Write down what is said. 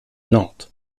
nantes